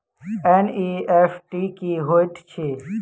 NEFT की होइत अछि?